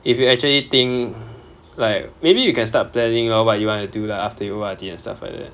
if you actually think like maybe you can start planning lor what you want to do lah after you O_R_D and stuff like that